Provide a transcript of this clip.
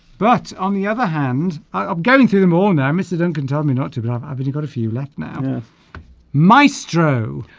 but on the other hand i'm going through them all now mr. duncan told me not to grab haven't got a few left now maestro